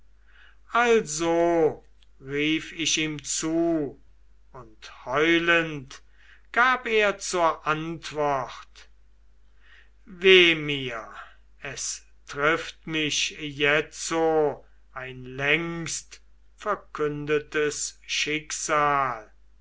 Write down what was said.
also rief ich ihm zu und heulend gab er zur antwort weh mir es trifft mich jetzo ein längstverkündetes schicksal